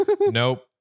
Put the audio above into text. nope